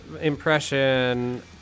impression